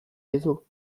dizu